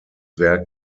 werk